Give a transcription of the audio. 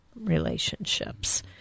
relationships